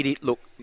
Look